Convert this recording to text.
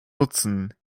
nutzen